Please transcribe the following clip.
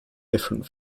different